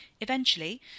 Eventually